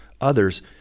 others